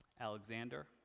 Alexander